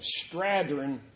Strathern